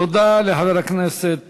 תודה לחבר הכנסת